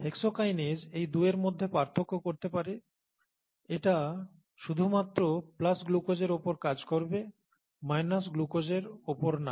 hexokinase এই দুইয়ের মধ্যে পার্থক্য করতে পারে এটা শুধুমাত্র প্লাস গ্লুকোজের ওপর কাজ করবে মাইনাস গ্লুকোজের ওপর না